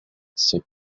c’est